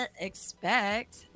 expect